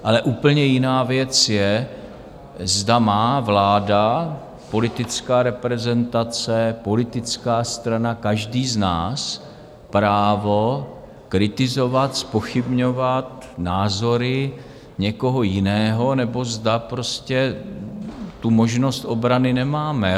Ale úplně jiná věc je, zda má vláda, politická reprezentace, politická strana, každý z nás, právo kritizovat, zpochybňovat názory někoho jiného, nebo zda prostě tu možnost obrany nemáme.